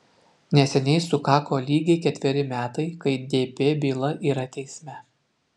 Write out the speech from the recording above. neseniai sukako lygiai ketveri metai kai dp byla yra teisme